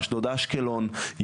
אשדוד אשקלון,